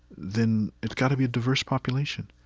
then it's got to be a diverse population,